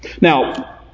Now